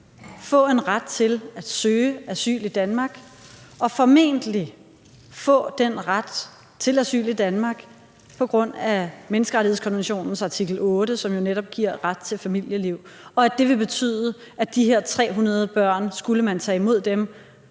få en ret til at søge asyl i Danmark og formentlig få den ret til asyl i Danmark på grund af menneskerettighedskonventionens artikel 8, som jo netop giver ret til familieliv, og at det ville betyde, at de her 300 børn – skulle man tage imod dem